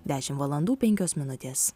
dešim valandų penkios minutės